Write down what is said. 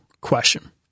question